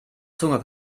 zunge